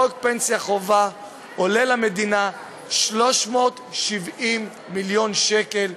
חוק פנסיה חובה עולה למדינה 370 מיליון שקל,